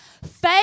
Faith